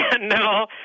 No